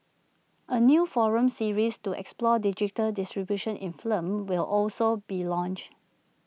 A new forum series to explore digital distribution in film will also be launched